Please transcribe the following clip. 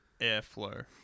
airflow